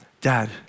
Dad